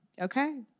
okay